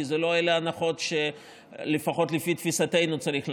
כי אלו לא הנחות שלפחות לפי תפיסתנו צריך לתת,